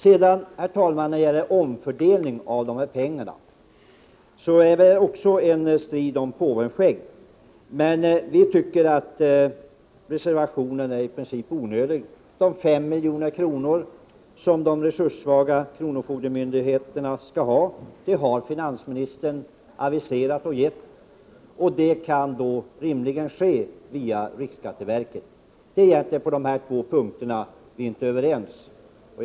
Även när det gäller omfördelningen av dessa pengar är det en strid om påvens skägg. Vi tycker att reservationen är i princip onödig. De resurssvaga kronofogdemyndigheterna skall enligt budgetpropositionen erhålla 5 milj.kr. Fördelningen av pengarna bör rimligen ske via riksskatteverket. Det är egentligen på dessa två punkter som vi inte är överens.